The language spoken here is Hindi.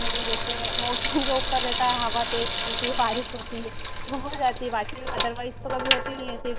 मैम जैसे मौसम के ऊपर रहता है हवा तेज़ चलती है बारिश होती है वह हो जाती है बाकी अदरवाइज़ तो कभी होती नहीं ऐसे